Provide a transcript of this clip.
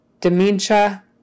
Dementia